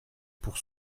pour